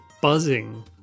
buzzing